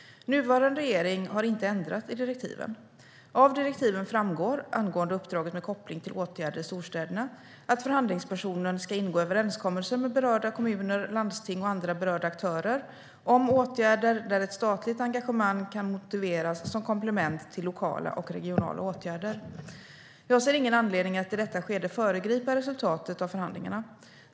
Nuvarande regering har inte ändrat i direktiven. Av direktiven framgår, angående uppdraget med koppling till åtgärder i storstäderna, att förhandlingspersonen ska ingå överenskommelser med berörda kommuner, landsting och andra berörda aktörer om åtgärder där ett statligt engagemang kan motiveras som komplement till lokala och regionala åtgärder. Jag ser ingen anledning att i detta skede föregripa resultatet av förhandlingarna.